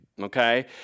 okay